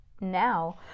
now